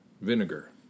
vinegar